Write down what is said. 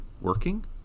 working